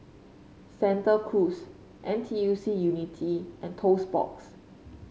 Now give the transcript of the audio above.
Santa Cruz N T U C Unity and Toast Box